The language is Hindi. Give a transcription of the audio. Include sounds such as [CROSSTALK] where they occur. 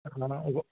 [UNINTELLIGIBLE]